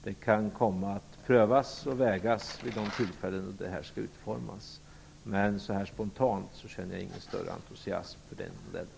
Det kan komma att prövas och vägas vid de tillfällen då detta skall utformas. Men spontant känner jag ingen större entusiasm för modellen.